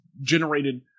generated